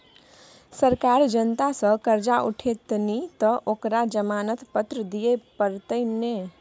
सरकार जनता सँ करजा उठेतनि तँ ओकरा जमानत पत्र दिअ पड़तै ने